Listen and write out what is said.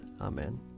Amen